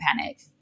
panic